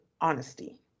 honesty